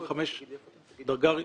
דרגה ראשונה,